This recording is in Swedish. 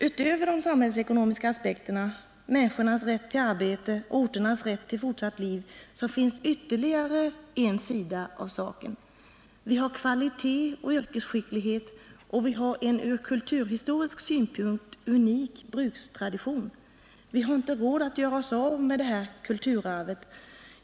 Utöver de samhällsekonomiska aspekterna, människornas rätt till arbete och orternas rätt till fortsatt liv finns ytterligare en sida av saken. Vi har kvalitet och yrkesskicklighet och vi har en ur kulturhistorisk synpunkt unik brukstradition. Vi har inte råd att göra oss av med detta kulturarv.